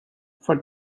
for